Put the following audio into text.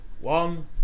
one